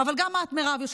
אבל גם את, מירב, ראש